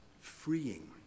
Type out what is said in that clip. freeing